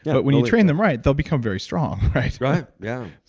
but when you train them right, they'll become very strong, right? right, yeah.